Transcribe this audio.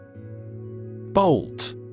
Bolt